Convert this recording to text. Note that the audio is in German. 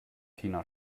tina